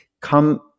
Come